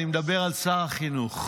אני מדבר על שר החינוך.